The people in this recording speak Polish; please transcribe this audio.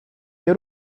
nie